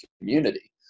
community